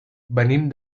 venim